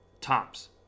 tops